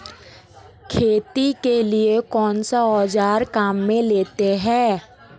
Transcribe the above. खेती के लिए कौनसे औज़ार काम में लेते हैं?